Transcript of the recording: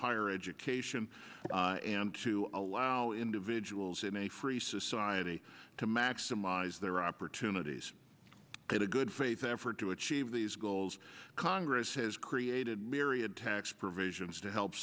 higher education and to allow individuals in a free society to maximize their opportunities in a good faith effort to achieve these goals congress has created myriad tax provisions to help